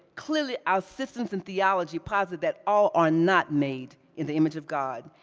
clearly, our systems and theology posit that all are not made in the image of god,